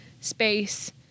space